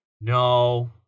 No